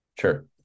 Sure